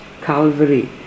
Calvary